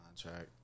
contract